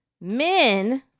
Men